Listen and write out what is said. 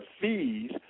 fees